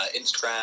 Instagram